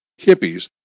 hippies